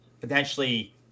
potentially